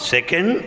Second